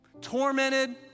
tormented